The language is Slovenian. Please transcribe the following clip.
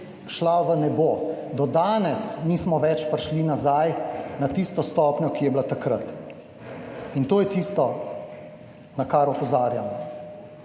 šla v nebo. Do danes nismo več prišli nazaj na tisto stopnjo, ki je bila takrat. In to je tisto, na kar opozarjamo